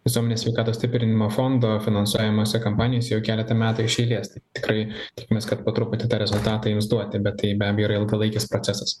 visuomenės sveikatos stiprinimo fondo finansuojamuose kampanijose jau keletą metų iš eilės tikrai tikimės kad po truputį tą rezultatą ims duoti bet tai be abejo yra ilgalaikis procesas